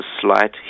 slight